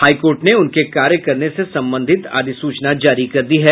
high court ने उनके कार्य करने से संबंधित अधिसूचना जारी कर दी है